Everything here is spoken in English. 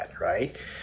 right